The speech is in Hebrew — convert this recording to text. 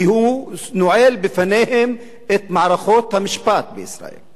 כי הוא נועל בפניהם את מערכות המשפט בישראל.